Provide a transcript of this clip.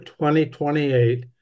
2028